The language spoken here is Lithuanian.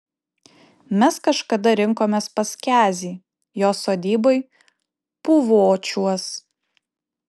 mes kažkada rinkomės pas kezį jo sodyboj puvočiuos